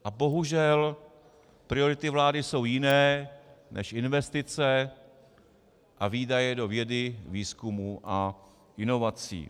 A bohužel priority vlády jsou jiné než investice a výdaje do vědy, výzkumu a inovací.